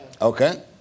Okay